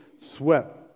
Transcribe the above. sweat